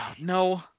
No